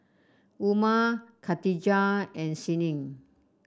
Umar Katijah and Senin